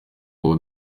wowe